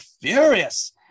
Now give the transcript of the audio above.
furious